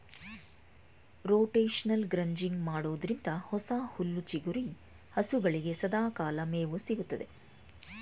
rotational grazing ಮಾಡೋದ್ರಿಂದ ಹೊಸ ಹುಲ್ಲು ಚಿಗುರಿ ಹಸುಗಳಿಗೆ ಸದಾಕಾಲ ಮೇವು ಸಿಗುತ್ತದೆ